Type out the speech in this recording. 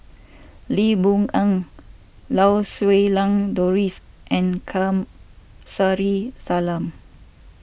Lee Boon Ngan Lau Siew Lang Doris and Kamsari Salam